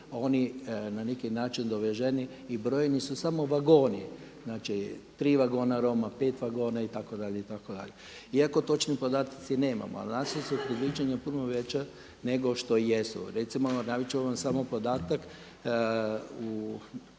oni na neki način doveženi i brojeni su samo vagoni, znači tri vagona Roma, pet vagona itd., itd. iako točne podatke nemamo. Ali naša su predviđanja puno veća nego što jesu. Recimo navest ću vam samo podatak u